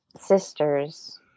sisters